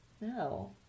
No